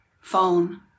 phone